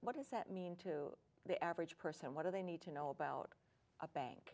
what does that mean to the average person what do they need to know about a bank